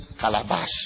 calabash